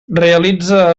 realitza